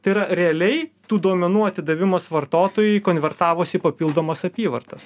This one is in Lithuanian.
tai yra realiai tų duomenų atidavimas vartotojui konvertavosi į papildomas apyvartas